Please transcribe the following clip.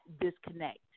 disconnect